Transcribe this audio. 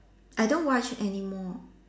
I don't watch anymore